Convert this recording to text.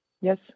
Yes